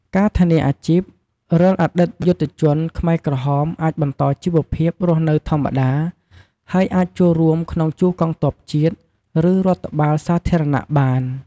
ការធានាអាជីព រាល់អតីតយុទ្ធជនខ្មែរក្រហមអាចបន្តជីវភាពរស់នៅធម្មតា ហើយអាចចូលរួមក្នុងជួរកងទ័ពជាតិ ឬរដ្ឋបាលសាធារណៈបាន។